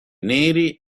neri